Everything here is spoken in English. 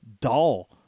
dull